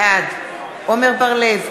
בעד עמר בר-לב,